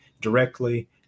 directly